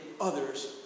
others